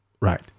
Right